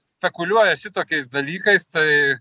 spekuliuoja šitokiais dalykais tai